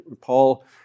Paul